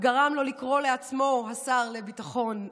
גרם לו לקרוא לעצמו השר לביטחון לאומי.